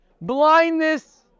Blindness